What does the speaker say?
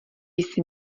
jsi